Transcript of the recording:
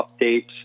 updates